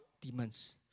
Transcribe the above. demons